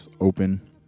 open